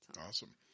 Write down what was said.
Awesome